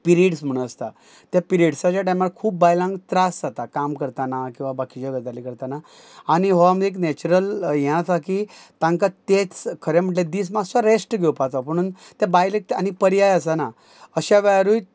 periods म्हणू आसता त्या पिरियड्साच्या टायमार खूब बायलांक त्रास जाता काम करताना किंवां बाकीच्यो गजाली करताना आनी हो आमी एक नॅचरल हें आसा की तांकां तेंच खरें म्हटल्या दीस मातसो रॅस्ट घेवपाचो पुणून त्या बायलेक त आनी पर्याय आसाना अशा वेळारूय